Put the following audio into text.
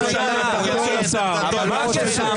התייחסתי למה שקרה פה אתמול אלא למה שאמר פרופ' קרמניצר שאמר